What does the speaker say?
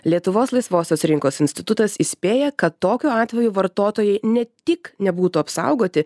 lietuvos laisvosios rinkos institutas įspėja kad tokiu atveju vartotojai ne tik nebūtų apsaugoti